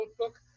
notebook